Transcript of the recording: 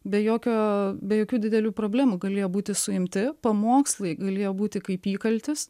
be jokio be jokių didelių problemų galėjo būti suimti pamokslai galėjo būti kaip įkaltis